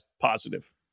positive